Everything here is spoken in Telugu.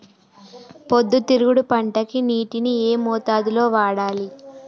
పొద్దుతిరుగుడు పంటకి నీటిని ఏ మోతాదు లో వాడాలి?